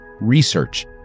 research